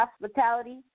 hospitality